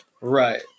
Right